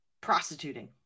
Prostituting